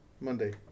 Monday